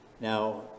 Now